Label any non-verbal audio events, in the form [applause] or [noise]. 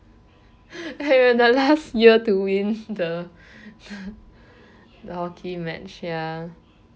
[laughs] we are the last year to win the [laughs] the hockey match ya